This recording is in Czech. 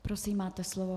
Prosím, máte slovo.